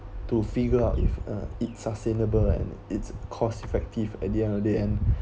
to figure out if uh it's sustainable and it's cost effective at the end of day and